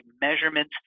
measurements